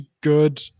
good